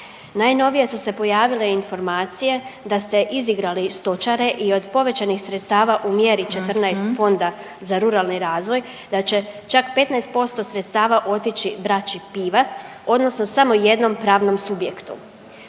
Najnovije su se pojavile informacije da ste izigrali stočare i od povećanih sredstava u mjeri 14 Fonda za ruralni razvoj da će čak 15% sredstava otići braći Pivac odnosno samo jednom pravnom subjektu.